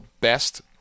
best